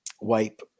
wipe